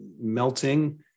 melting